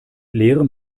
leerem